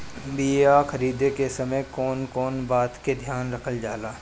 बीया खरीदे के समय कौन कौन बात के ध्यान रखल जाला?